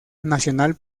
nacional